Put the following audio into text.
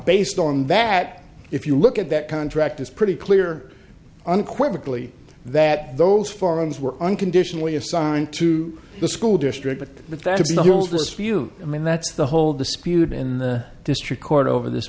based on that if you look at that contract it's pretty clear unequivocally that those forums were unconditionally assigned to the school district but that's not all dispute i mean that's the whole dispute in the district court over this